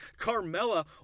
Carmella